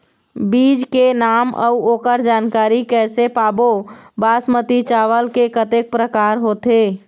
बीज के नाम अऊ ओकर जानकारी कैसे पाबो बासमती चावल के कतेक प्रकार होथे?